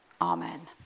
Amen